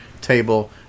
table